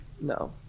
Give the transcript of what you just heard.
no